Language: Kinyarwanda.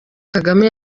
kagame